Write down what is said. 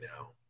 now